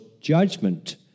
judgment